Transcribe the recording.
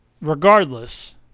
Regardless